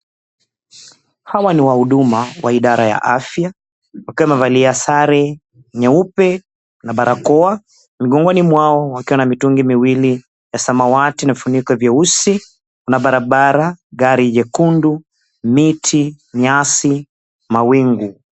Hawa ni wahuduma wa idara ya afya, wakiwa wamevalia sare nyeupe na barakoa. Mgongoni mwao wakiwa na mitungi miwili ya samawati na vifuniko vyeusi. Kuna barabara, gari jekundu, miti, nyasi, mawingu.